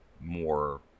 more